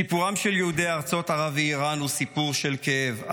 סיפורם של יהודי ארצות ערב ואיראן הוא סיפור של כאב,